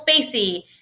spacey